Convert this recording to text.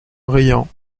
riant